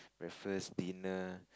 breakfast dinner